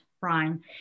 Brian